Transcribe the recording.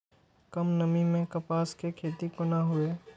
कम नमी मैं कपास के खेती कोना हुऐ?